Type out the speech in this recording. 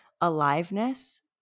aliveness